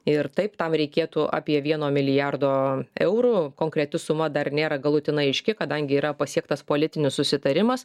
ir taip tam reikėtų apie vieno milijardo eurų konkreti suma dar nėra galutinai aiški kadangi yra pasiektas politinis susitarimas